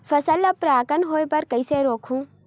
फसल ल परागण होय बर कइसे रोकहु?